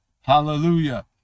hallelujah